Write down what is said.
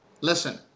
listen